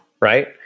right